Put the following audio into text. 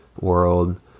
world